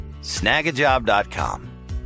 Snagajob.com